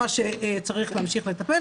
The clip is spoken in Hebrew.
מה שצריך להמשיך לטפל,